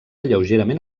lleugerament